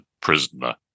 prisoner